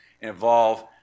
involve